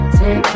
Take